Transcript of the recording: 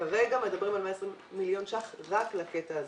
כרגע מדברים על 120 מיליון ש"ח רק לקטע הזה.